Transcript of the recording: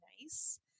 nice